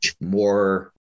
more